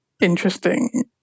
interesting